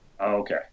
okay